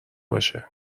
باشه